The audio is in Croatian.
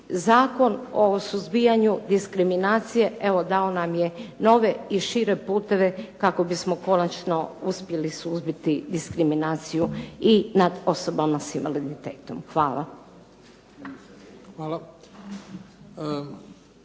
Zakon o suzbijanju diskriminacije, evo dao nam je nove i šire puteve kako bismo konačno uspjeli suzbiti diskriminaciju i nad osobama s invaliditetom. Hvala.